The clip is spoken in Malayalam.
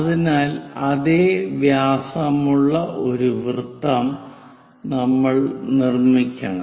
അതിനാൽ അതേ വ്യാസമുള്ള ഒരു വൃത്തം നമ്മൾ നിർമ്മിക്കണം